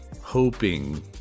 hoping